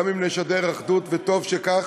גם אם נשדר אחדות, וטוב שכך,